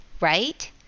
right